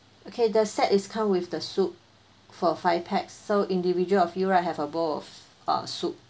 okay the set is come with the soup for five pax so individual of you right have a bowl of uh soup